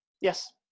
Yes